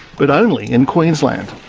but only in queensland.